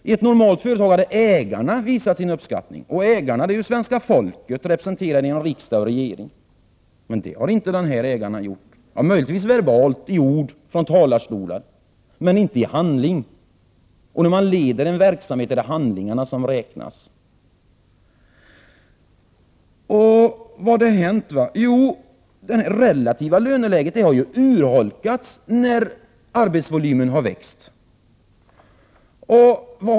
I ett normalt företag hade ägarna visat sin uppskattning, och ägarna är svenska folket representerat genom rikdagen och regeringen, men det har inte de här ägarna gjort — möjligtvis verbalt, alltså i ord, från talarstolar, men inte i handling. När man leder en verksamhet är det handlingarna som räknas. Vad har hänt? Jo, det relativa löneläget har urholkats när arbetsvolymen har växt.